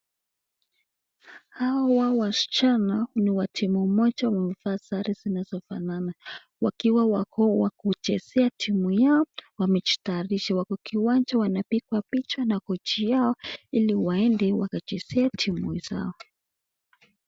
Hawa wasichana ni wa timu moja wameovaa sare zinazofanana wakiwa wako wakuchezea timu yao wamejitayarisha. Wako kiwanja wanapigwa picha na coach yao ili waende wakachezee team zao.